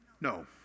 no